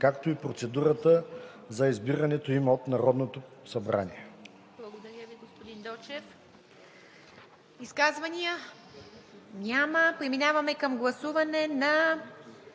както и процедурата за избирането им от Народното събрание.“